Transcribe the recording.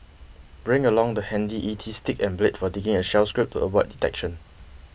bring along the handy E T stick and blade for digging a shell scrape to avoid detection